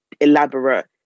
elaborate